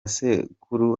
sekuru